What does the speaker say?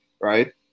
right